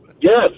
yes